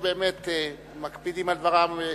היותר-מקפידים על דברם,